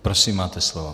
Prosím, máte slovo.